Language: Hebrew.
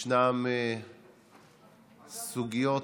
ישנן סוגיות,